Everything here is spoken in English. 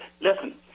listen